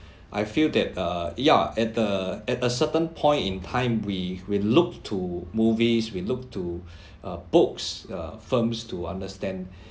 I feel that uh at a certain point in time we we look to movies we look to uh books uh films to understand